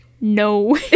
no